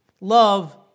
Love